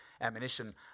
ammunition